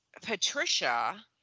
Patricia